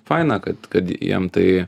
faina kad kad jiem tai